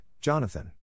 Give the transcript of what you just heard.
Jonathan